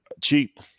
Cheap